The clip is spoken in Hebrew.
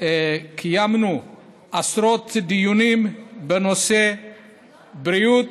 קיימנו עשרות דיונים בנושאי בריאות,